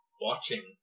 Watching